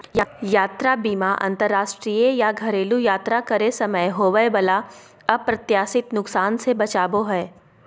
यात्रा बीमा अंतरराष्ट्रीय या घरेलू यात्रा करे समय होबय वला अप्रत्याशित नुकसान से बचाबो हय